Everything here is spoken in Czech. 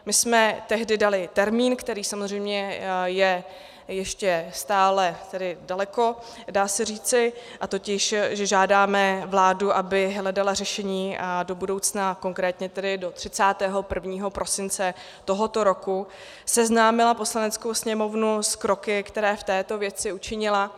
My jsme tehdy dali termín, který samozřejmě je ještě stále tedy daleko, dá se říci, totiž že žádáme vládu, aby hledala řešení do budoucna, a konkrétně tedy do 31. prosince tohoto roku seznámila Poslaneckou sněmovnu s kroky, které v této věci učinila.